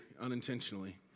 unintentionally